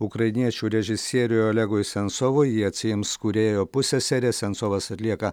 ukrainiečių režisieriui olegui sensovui jį atsiims kūrėjo pusseserė sensovas atlieka